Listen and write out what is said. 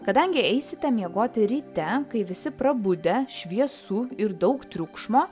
kadangi eisite miegoti ryte kai visi prabudę šviesu ir daug triukšmo